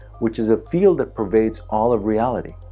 which is a field that pervades all of reality.